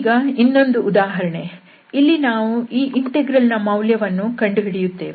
ಈಗ ಇನ್ನೊಂದು ಉದಾಹರಣೆ ಇಲ್ಲಿ ನಾವು ಈ ಇಂಟೆಗ್ರಲ್ ನ ಮೌಲ್ಯವನ್ನು ಕಂಡು ಹಿಡಿಯುತ್ತೇವೆ